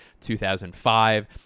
2005